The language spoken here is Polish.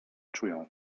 czują